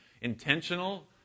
intentional